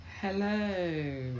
Hello